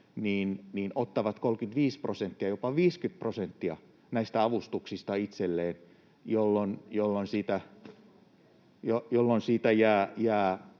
ottavat 35 prosenttia, jopa 50 prosenttia näistä avustuksista itselleen... ...jolloin siitä jää